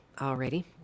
already